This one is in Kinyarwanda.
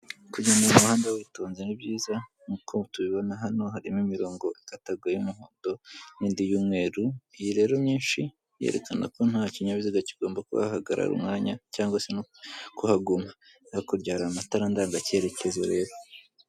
Kujya mu muhanda witonze ni byiza, nkuko tubibona hano harimo imirongo ikataguye y'umuhondo n'indi y'umweru, iyi rero myinshi yerekana ko nta kinyabiziga kigomba kuhahagarara umwanya cyangwa se no kuhaguma, hakurya hari amatara ndanga cyerekezo rero.